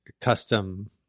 custom